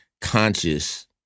conscious